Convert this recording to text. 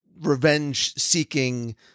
revenge-seeking